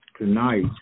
tonight